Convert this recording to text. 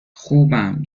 خوبم